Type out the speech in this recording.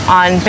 on